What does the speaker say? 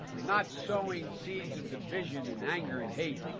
not sowing seeds of division and anger and hate.